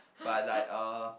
but like uh